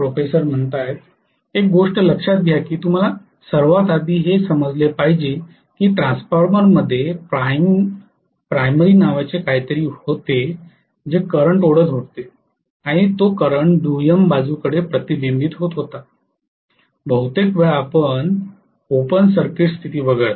professor एक गोष्ट लक्षात घ्या की तुम्हाला सर्वात आधी हे समजले पाहिजे की ट्रान्सफॉर्मरमध्ये प्राइमरी नावाचे काहीतरी होते जे करंट ओढत होते आणि तो करंट दुय्यम बाजूकडे प्रतिबिंबित होत होता बहुतेक वेळा ओपन सर्किट स्थिती वगळता